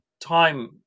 time